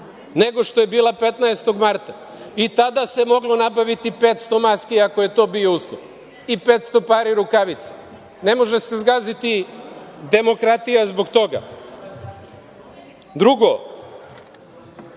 nego što je bila 15. marta. I tada se moglo nabaviti 500 maski, ako je to bio uslov i 500 pari rukavica. Ne može se zgaziti demokratija zbog toga. Drugo,